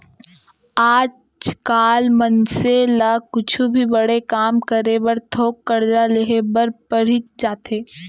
आज काल मनसे ल कुछु भी बड़े काम करे बर थोक करजा लेहे बर परीच जाथे